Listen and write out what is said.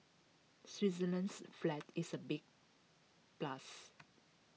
Switzerland's flag is A big plus